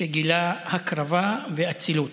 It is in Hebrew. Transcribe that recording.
שגילה הקרבה ואצילות.